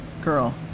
girl